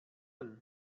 wool